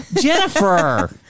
Jennifer